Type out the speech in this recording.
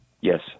Yes